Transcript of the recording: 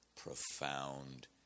profound